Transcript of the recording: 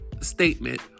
statement